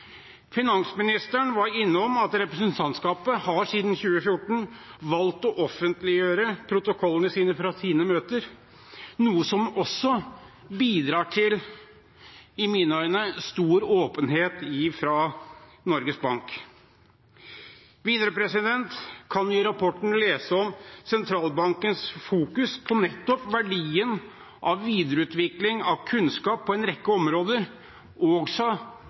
Finansministeren var innom at representantskapet siden 2014 har valgt å offentliggjøre protokollene fra sine møter, noe som også bidrar til – i mine øyne – stor åpenhet fra Norges Banks side. Vi kan i rapporten lese om sentralbankens fokusering på nettopp verdien av videreutvikling av kunnskap på en rekke områder – også